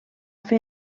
fer